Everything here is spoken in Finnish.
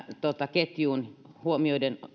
ketjuun